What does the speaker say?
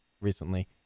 recently